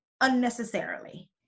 unnecessarily